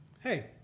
Hey